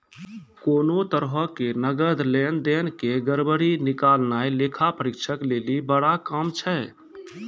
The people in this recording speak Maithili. कोनो तरहो के नकद लेन देन के गड़बड़ी निकालनाय लेखा परीक्षक लेली बड़ा काम छै